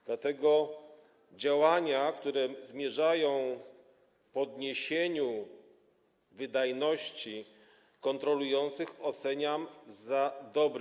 Dlatego działania, które zmierzają ku podniesieniu wydajności kontrolujących, oceniam jako dobre.